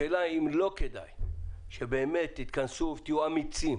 השאלה האם לא כדאי שבאמת תתכנסו ותהיו אמיצים,